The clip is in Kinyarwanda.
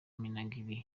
minagri